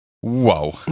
Whoa